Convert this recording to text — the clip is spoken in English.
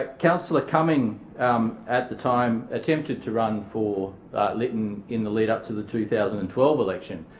councillor cumming um at the time attempted to run for lytton in the lead up to the two thousand and twelve election.